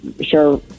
sure